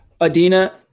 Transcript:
Adina